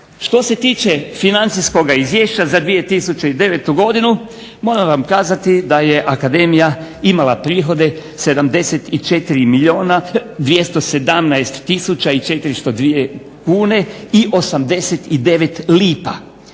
Što se tiče Financijskoga izvješća za 2009. godinu moram vam kazati da je Akademija imala prihode 74 milijuna 217 tisuća i 402 kune i 89 lipa,